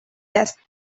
desk